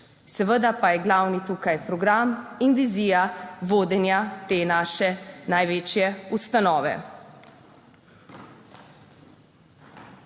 seveda pa je glavni tukaj program in vizija vodenja te naše največje ustanove.